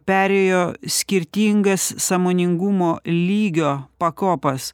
perėjo skirtingas sąmoningumo lygio pakopas